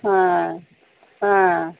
হ্যাঁ হ্যাঁ